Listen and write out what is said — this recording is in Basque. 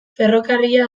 ferrokarrila